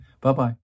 Bye-bye